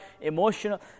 emotional